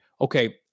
okay